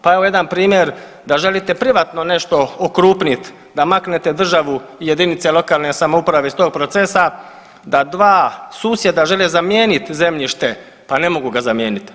Pa evo jedan primjer da želite privatno nešto okrupniti, da maknete državu i jedinice lokalne samouprave iz tog proces, da dva susjeda žele zamijeniti zemljište, pa ne mogu ga zamijeniti.